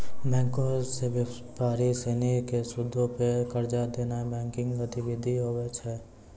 बैंको से व्यापारी सिनी के सूदो पे कर्जा देनाय बैंकिंग गतिविधि कहाबै छै